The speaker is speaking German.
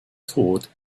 tod